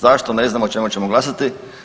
Zašto ne znamo o čemu ćemo glasati?